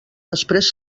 després